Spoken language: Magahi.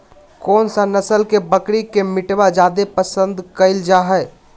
कौन सा नस्ल के बकरी के मीटबा जादे पसंद कइल जा हइ?